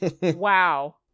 wow